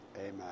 amen